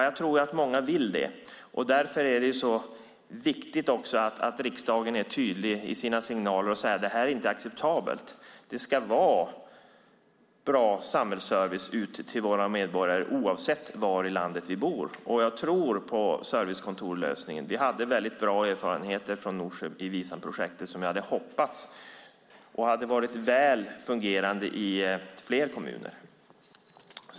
Jag tror att många vill göra det, och därför är det viktigt att riksdagen är tydlig i sina signaler och säger att det här inte är acceptabelt utan det ska finnas bra samhällsservice för våra medborgare oavsett var i landet man bor. Jag tror på servicekontorslösningen. I Norsjö hade vi väldigt bra erfarenheter av Visamprojektet, och det skulle ha fungerat väl i fler kommuner.